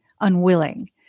unwilling